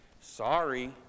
Sorry